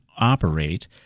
operate